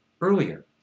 earlier